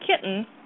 kitten